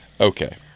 Okay